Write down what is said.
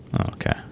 Okay